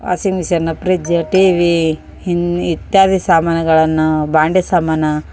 washing ಮಿಷಿನ್ನ ಫ್ರಿಜ್ಜ T V ಇನ್ನು ಇತ್ಯಾದಿ ಸಾಮಾನುಗಳನ್ನು ಬಾಂಡೆ ಸಾಮಾನು